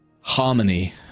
harmony